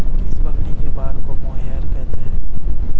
किस बकरी के बाल को मोहेयर कहते हैं?